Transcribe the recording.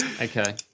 Okay